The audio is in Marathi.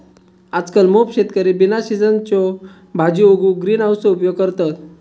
आजकल मोप शेतकरी बिना सिझनच्यो भाजीयो उगवूक ग्रीन हाउसचो उपयोग करतत